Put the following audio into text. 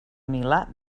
milà